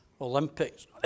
Olympics